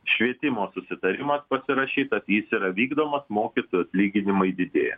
švietimo susitarimas pasirašytas jis yra vykdomas mokytojų atlyginimai didėja